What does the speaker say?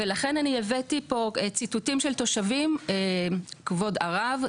לכן, אני הבאתי פה ציטוטים של תושבים, כבוד הרב.